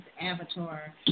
avatar